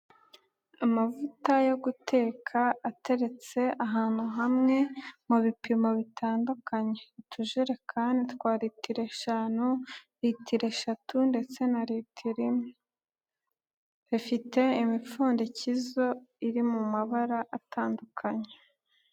Amavuta yo guteka ateretse ahantu hamwe mu bipimo bitandukanye, utujerekani rwa litiro eshanu, litiro eshatu ndetse na litiro imwe, bifite imipfundikizo iri mu mabara atandukanye.